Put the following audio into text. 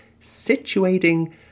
situating